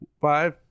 Five